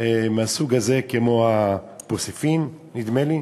מהסוג הזה, פוספין נדמה לי,